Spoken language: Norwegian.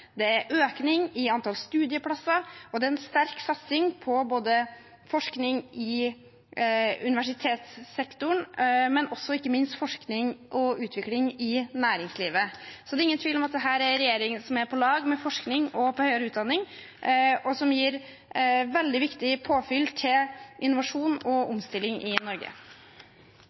er økning i antallet studieplasser, og det er en sterk satsing på forskning i universitetssektoren og ikke minst i forskning og utvikling i næringslivet. Det er ingen tvil om at dette er en regjering som er på lag med forskning og høyere utdanning, og som gir veldig viktig påfyll til innovasjon og omstilling i Norge.